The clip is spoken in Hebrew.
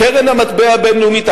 קרן המטבע הבין-לאומית,